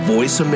Voice